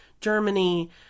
Germany